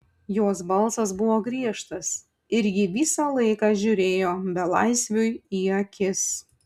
jos balsas buvo griežtas ir ji visą laiką žiūrėjo belaisviui į akis